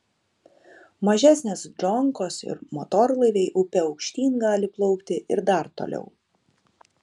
mažesnės džonkos ir motorlaiviai upe aukštyn gali plaukti ir dar toliau